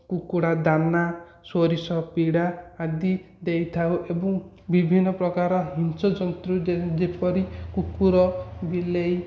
କୁକୁଡ଼ା ଦାନା ସୋରିଷ ପିଡ଼ା ଆଦି ଦେଇଥାଉ ଏବଂ ବିଭିନ୍ନ ପ୍ରକାର ହିଂସ୍ର ଜନ୍ତ୍ରୁ ଯେ ଯେପରି କୁକୁର ବିଲେଇ